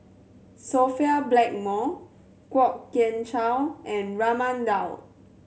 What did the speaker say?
Sophia Blackmore Kwok Kian Chow and Raman Daud